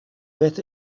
beth